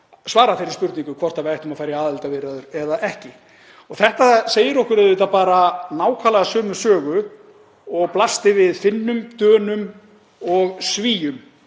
svara þeirri spurningu hvort við ættum að fara í aðildarviðræður eða ekki. Og þetta segir okkur auðvitað bara nákvæmlega sömu sögu og blasti við Finnum, Dönum og Svíum